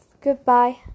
goodbye